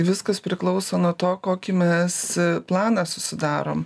viskas priklauso nuo to kokį mes planą susidarom